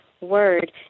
word